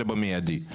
אלא במידי.